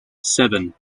seven